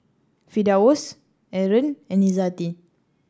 Firdaus Aaron and Izzati